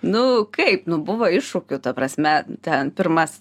nu kaip nu buvo iššūkių ta prasme ten pirmas